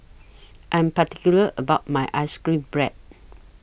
I Am particular about My Ice Cream Bread